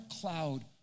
cloud